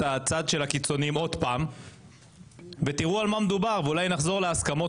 הצד של הקיצוניים עוד פעם ותראו על מה מדובר ואולי נחזור להסכמות